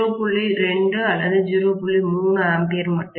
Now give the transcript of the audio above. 3 A மட்டுமே